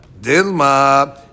Dilma